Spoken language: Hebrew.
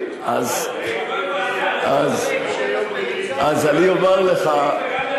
אז, אז אני אומר לך, משפט,